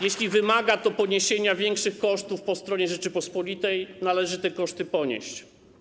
Jeśli wymaga to poniesienia większych kosztów po stronie Rzeczypospolitej, należy te koszty ponieść.